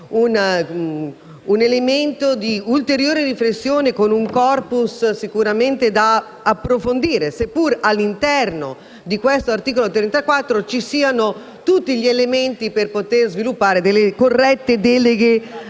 un elemento di ulteriore riflessione con un corpus sicuramente da approfondire, anche se all’interno di tale articolo vi sono tutti gli elementi per poter sviluppare delle corrette deleghe